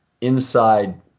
inside